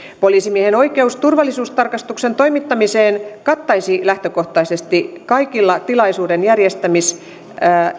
poliisimiehen oikeus turvallisuustarkastuksen toimittamiseen kattaisi lähtökohtaisesti kaikilla tilaisuuden järjestämis